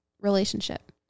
relationship